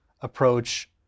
approach